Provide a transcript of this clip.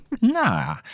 Nah